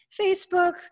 Facebook